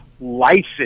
license